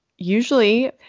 Usually